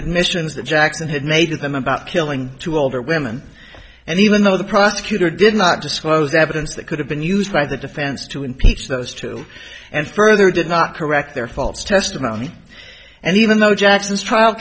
admissions that jackson had made them about killing two older women and even though the prosecutor did not disclose evidence that could have been used by the defense to impeach those two and further did not correct their false testimony and even though jackson's